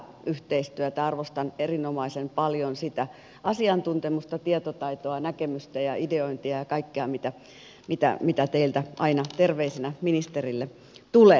arvostan erinomaisen paljon sitä asiantuntemusta tietotaitoa näkemystä ja ideointia ja kaikkea mitä teiltä aina terveisinä ministerille tulee